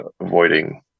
avoiding